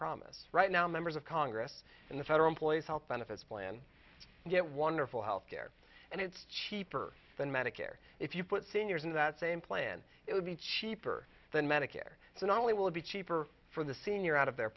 promise right now members of congress and the federal employees health benefits plan yet wonderful health care and it's cheaper than medicare if you put seniors in that same plan it would be cheaper than medicare so not only will it be cheaper for the senior out of their